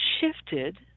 shifted